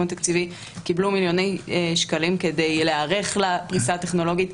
התקציבי קיבלו מיליוני שקלים כדי להיערך לפריסה הטכנולוגית.